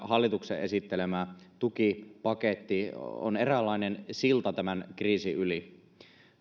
hallituksen esittelemä tukipaketti on eräänlainen silta tämän kriisin yli no